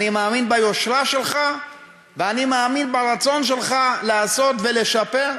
אני מאמין ביושרה שלך ואני מאמין ברצון שלך לעשות ולשפר,